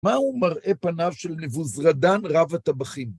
מהו מראה פניו של נבוזרדן, רב הטבחים?